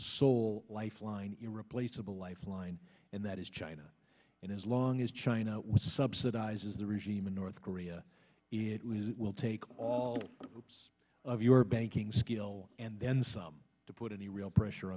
sole lifeline irreplaceable lifeline and that is china and as long as china which subsidizes the regime in north korea it was it will take all of your banking skill and then some to put any real pressure